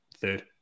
third